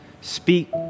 Speak